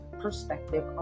perspective